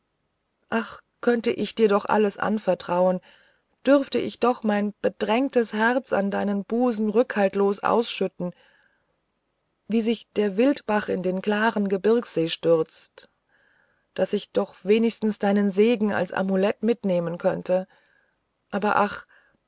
ach könnte ich dir doch alles vertrauen dürfte ich doch mein bedrängtes herz in deinen busen rückhaltlos ausschütten wie sich der wildbach in den klaren gebirgssee stürzt daß ich doch wenigstens deinen segen als amulett mitnehmen könnte aber ach